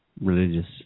religious